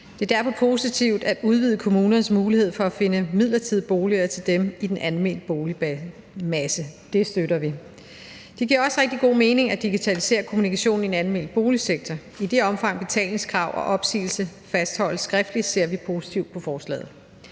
Det er derfor positivt at udvide kommunernes mulighed for at finde midlertidige boliger til dem i den almene boligmasse, og det støtter vi. Det giver også rigtig god mening at digitalisere kommunikationen i den almene boligsektor, og i det omfang betalingskrav og opsigelse fastholdes skriftligt, ser vi positivt på forslaget.